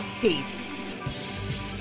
Peace